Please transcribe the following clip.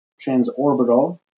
transorbital